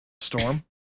Storm